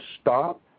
stop